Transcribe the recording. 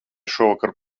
šovakar